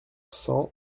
cent